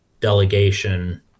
delegation